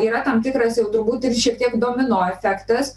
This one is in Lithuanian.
yra tam tikras jau turbūt ir šiek tiek domino efektas